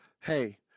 hey